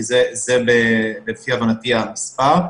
כי זה לפי הבנתי המספר,